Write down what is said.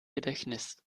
gedächtnis